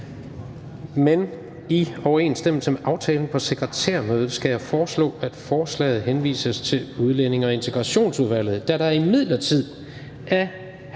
I overensstemmelse med aftale og forelæggelse for sekretærmødekredsen skal jeg foreslå, at forslaget henvises til Udlændinge- og Integrationsudvalget. Da der imidlertid af hr. Søren